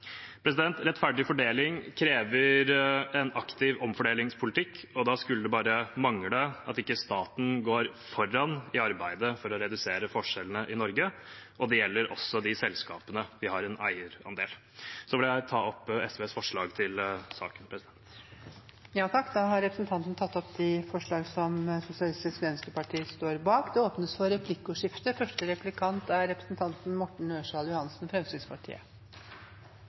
Rettferdig fordeling krever en aktiv omfordelingspolitikk, og da skulle det bare mangle om ikke staten går foran i arbeidet med å redusere forskjellene i Norge, og det gjelder også de selskapene vi har eierandel i. Så vil jeg ta opp SVs forslag til saken. Representanten Freddy André Øvstegård har tatt opp de forslagene han refererte til. Det blir replikkordskifte. Representanten Øvstegård var veldig opptatt av at noen av oss er